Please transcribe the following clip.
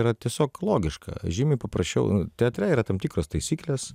yra tiesiog logiška žymiai paprasčiau nu teatre yra tam tikros taisyklės